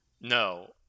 No